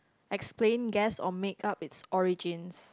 explain guess or make up it's origins